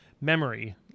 memory